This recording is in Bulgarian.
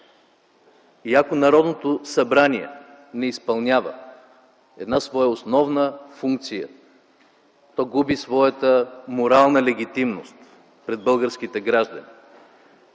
И ако Народното събрание не изпълнява една своя основна функция, то губи своята морална легитимност пред българските граждани.